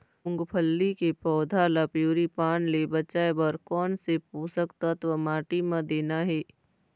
मुंगफली के पौधा ला पिवरी पान ले बचाए बर कोन से पोषक तत्व माटी म देना हे?